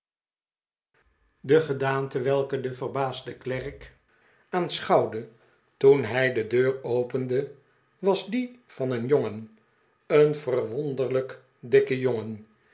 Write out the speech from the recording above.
de gedaante welke de verbaasde klerk aanschouwde toen hij de deur opende was die van een jongen een verwonderlijk dikken jongen